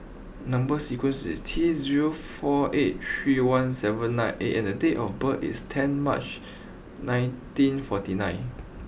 number sequence is T zero four eight three one seven nine A and date of birth is ten March nineteen forty nine